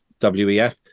wef